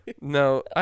No